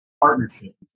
partnership